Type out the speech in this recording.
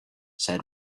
said